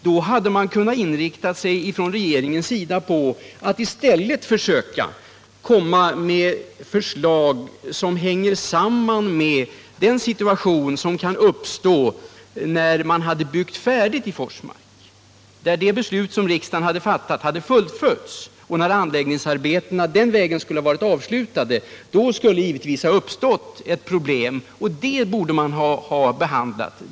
Då hade man från regeringens sida kunnat inrikta sig på att i stället försöka komma med förslag inför den situation som kan uppstå när man byggt färdigt i Forsmark, när det av riksdagen fattade beslutet fullföljts och anläggningsarbetena den vägen blivit avslutade. Då skulle det givetvis ha uppstått ett problem som man borde ha behandlat.